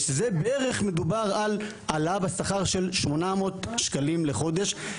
שזה בערך מדובר על העלאה בשכר של 800 ש"ח לחודש,